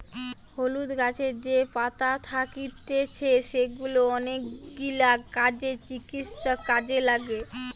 হলুদ গাছের যে পাতা থাকতিছে সেগুলা অনেকগিলা কাজে, চিকিৎসায় কাজে লাগে